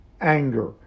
anger